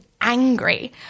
Angry